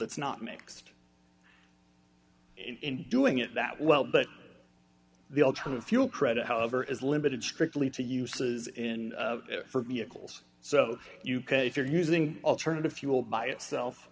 that's not mixed in doing it that well but the alternative fuel credit however is limited strictly to uses in it for vehicles so you can if you're using alternative fuel by itself